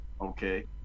okay